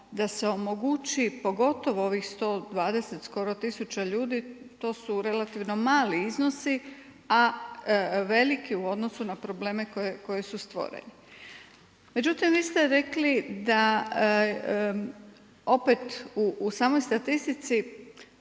da se omogući pogotovo ovih 120 skoro tisuća ljudi, to su relativno mali iznosi, a veliki u odnosu na probleme koji su stvoreni. Međutim, vi ste rekli da opet u samoj statistici